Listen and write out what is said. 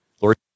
Lord